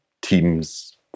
teams